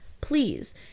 please